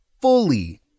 fully